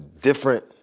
different